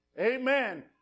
Amen